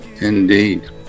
indeed